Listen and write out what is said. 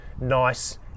nice